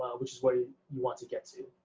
which is what ah you want to get to.